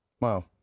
Wow